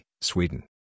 Sweden